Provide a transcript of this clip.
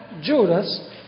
Judas